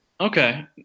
Okay